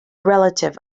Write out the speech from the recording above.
relative